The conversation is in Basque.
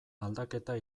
aldaketa